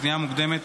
פנייה מוקדמת),